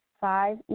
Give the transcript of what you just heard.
Five